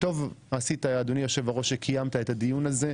טוב עשית, אדוני היושב-ראש, שקיימת את הדיון הזה.